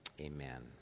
Amen